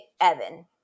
Evan